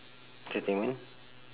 entertainment